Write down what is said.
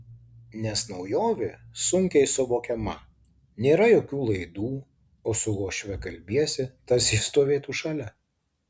nes naujovė sunkiai suvokiama nėra jokių laidų o su uošve kalbiesi tarsi ji stovėtų šalia